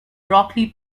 broccoli